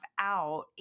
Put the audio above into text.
out